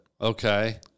okay